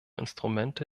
instrumente